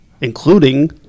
including